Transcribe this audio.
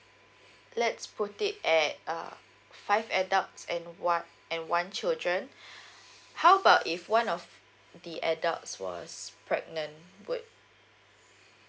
let's put it at uh five adults and one and one children how about if one of the adults was pregnant would